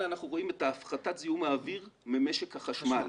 אנחנו רואים את הפחתת זיהום האוויר ממשק החשמל.